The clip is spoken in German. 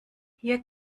hier